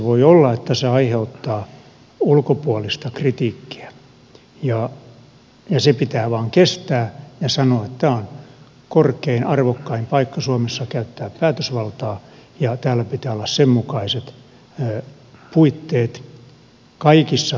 voi olla että se aiheuttaa ulkopuolista kritiikkiä mutta se pitää vain kestää ja sanoa että tämä on korkein arvokkain paikka suomessa käyttää päätösvaltaa ja täällä pitää olla sen mukaiset puitteet kaikissa hommissa